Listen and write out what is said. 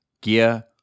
gear